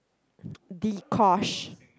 Dee-Kosh